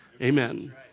Amen